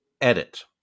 Edit